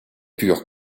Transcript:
purent